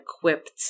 equipped